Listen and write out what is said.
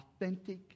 authentic